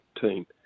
team